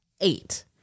eight